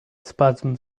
spasm